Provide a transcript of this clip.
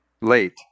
late